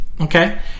Okay